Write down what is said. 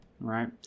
right